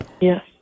Yes